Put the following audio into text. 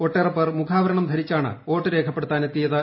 ഒട്ടേറെപ്പേർ മുഖാവരണം ധരിച്ചാണ് വോട്ട് രേഖപ്പെടുത്താൻ എത്തിയത്